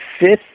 fifth